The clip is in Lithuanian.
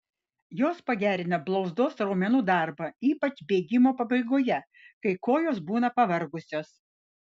jos pagerina blauzdos raumenų darbą ypač bėgimo pabaigoje kai kojos būna pavargusios